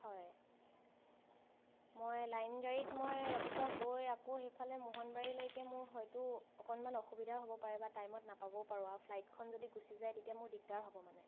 হয় মই লাইন গাড়ীত মই ৰাতিপুৱা গৈ আকৌ সেইফালে মোহনবাৰীলৈকে মোৰ হয়তো অকণমান অসুবিধাও হ'ব পাৰে বা টাইমত নাপাবও পাৰো আৰু ফ্লাইটখন যদি গুচি যায় তেতিয়া মোৰ দিগদাৰ হ'ব মানে